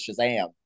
Shazam